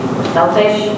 Selfish